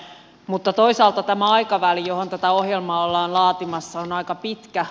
mutta toisaalta tämä aikaväli johon tätä ohjelmaa ollaan laatimassa on aika pitkä